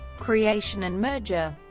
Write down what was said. creation and merger